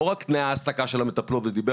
לא רק תנאי העסקה של המטפלות ודיבר